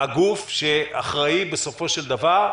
הגוף שאחראי, בסופו של דבר,